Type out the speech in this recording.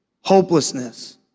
Hopelessness